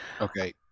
Okay